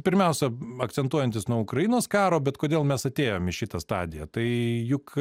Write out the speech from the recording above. pirmiausia akcentuojantis nuo ukrainos karo bet kodėl mes atėjom į šitą stadiją tai juk